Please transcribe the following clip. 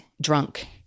drunk